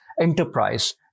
enterprise